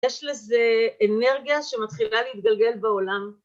יש לזה אנרגיה שמתחילה להתגלגל בעולם.